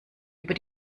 über